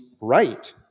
right